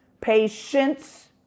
patience